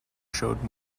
showed